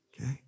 okay